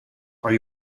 are